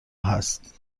هست